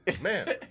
man